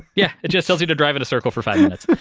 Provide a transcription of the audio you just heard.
yeah. it just tells you to drive in a circle for five minutes